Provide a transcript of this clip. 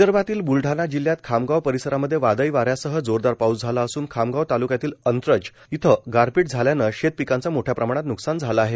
विदर्भातील ब्लढाणा जिल्ह्यात खामगाव परिसरामध्ये वादळी वाऱ्यासह जोरदार पाऊस झाला असून खामगाव ताल्क्यातील अंत्रज इथं गारपीट झाल्याने शेत पिकांचं मोठ्या प्रमाणात नुकसान झाले आहे